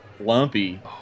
Lumpy